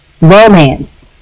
romance